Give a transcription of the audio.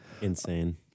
Insane